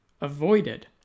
avoided